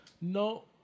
No